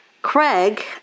Craig